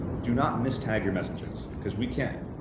do not mistag your messages, because we can't.